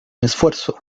esfuerzo